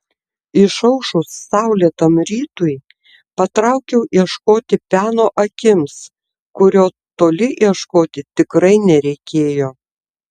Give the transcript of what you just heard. išaušus saulėtam rytui patraukiau ieškoti peno akims kurio toli ieškoti tikrai nereikėjo